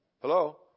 Hello